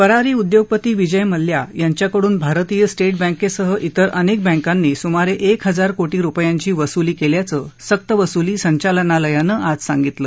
फरारी उद्योगपती विजय मल्ल्या यांच्याकडून भारतीय स्टेट बँकेसह त्विर अनेक बँकांनी सुमारे एक हजार कोटी रुपयांची वसुली केल्याचं सक्तवसूली संचालनालयानं आज सांगितलं